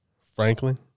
Franklin